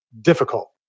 difficult